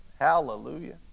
Hallelujah